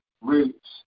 roots